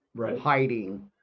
hiding